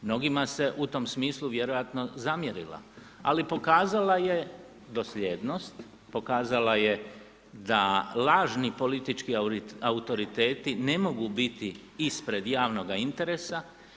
Mnogima se u tom smislu vjerojatno zamjerila ali pokazala je dosljednost, pokazala je da lažni politički autoriteti ne mogu biti ispred javnog interesa.